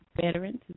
veterans